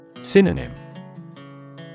Synonym